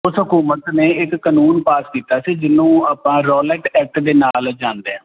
ਉਸ ਹਕੂਮਤ ਨੇ ਇੱਕ ਕਾਨੂੰਨ ਪਾਸ ਕੀਤਾ ਸੀ ਜਿਹਨੂੰ ਆਪਾਂ ਰੋਲਟ ਐਕਟ ਦੇ ਨਾਲ ਜਾਣਦੇ ਆ